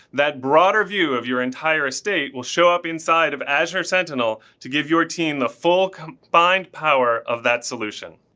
that broader view of your entire estate will show up inside of azure sentinel to give your team a full combined power of that solution.